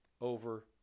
over